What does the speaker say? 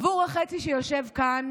בעבור החצי שיושב כאן